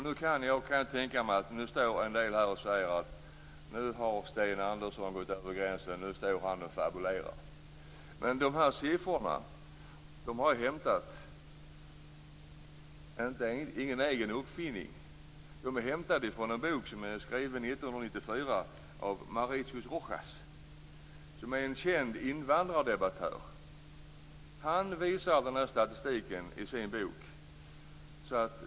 Nu kan jag tänka mig att en hel del står här och säger "att nu har Sten Andersson gått över gränsen, han står och fabulerar". Dessa siffror har jag hämtat - de är ingen egen uppfinning - från en bok skriven 1994 av Mauricio Rojas. Han är en känd invandrardebattör. Han visar denna statistik i boken.